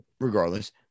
regardless